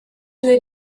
they